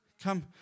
Come